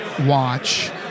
watch